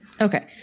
Okay